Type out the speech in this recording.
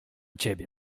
ciebie